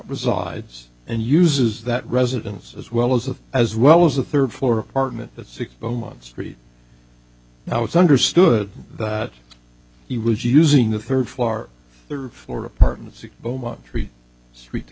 resides and uses that residence as well as a as well as a third floor apartment at six beaumont street now it's understood that he was using the third floor third floor apartment s